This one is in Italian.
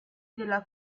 della